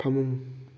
ꯐꯃꯨꯡ